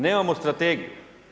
Nemamo strategiju.